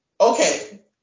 okay